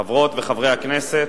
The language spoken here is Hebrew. תודה רבה, חברות וחברי הכנסת,